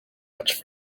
much